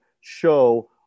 show